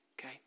Okay